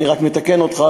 אני רק מתקן אותך,